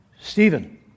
Stephen